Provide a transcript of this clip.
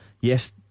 Yes